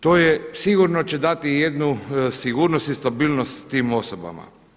To će sigurno dati jednu sigurnost i stabilnost tim osobama.